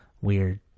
weird